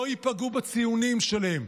שלא יפגעו בציונים שלהם,